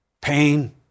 Pain